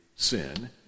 sin